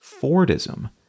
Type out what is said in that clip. Fordism